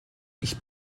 ich